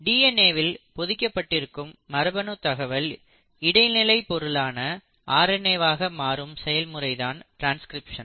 DNA வில் பொதிக்கப்பட்டிருக்கும் மரபணு தகவல் இடைநிலை பொருளான ஆர் என் ஏ வாக மாறும் செயல்முறை தான் ட்ரான்ஸ்கிரிப்சன்